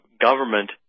government